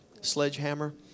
sledgehammer